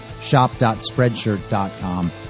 Shop.Spreadshirt.com